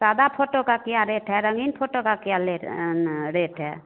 सादा फोटो का क्या रेट है रंगीन फोटो का क्या लेट ना रेट है